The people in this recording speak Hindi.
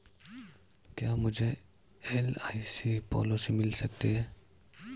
क्या मुझे एल.आई.सी पॉलिसी मिल सकती है?